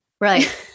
right